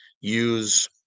use